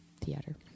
theater